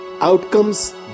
Outcomes